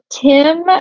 Tim